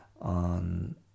on